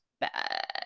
bad